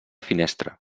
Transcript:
finestra